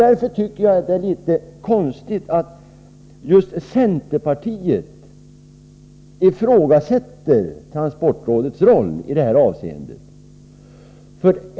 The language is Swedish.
Därför tycker jag att det är litet konstigt att just centerpartiet ifrågasätter transportrådets roll i detta avseende.